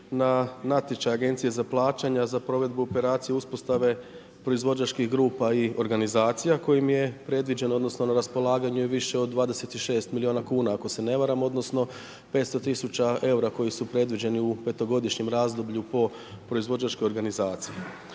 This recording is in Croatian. na natječaj Agencije za plaćanja, za provedbu, operaciju, uspostave proizvođačkih grupa i organizacija, kojima je predviđen, odnosno, na raspolaganju je bilo više od 26 milijuna kuna, ako se ne varam, odnosno 500 tisuća eura koji su predviđeni u petogodišnjem razdoblju po proizvođačkoj organizaciji.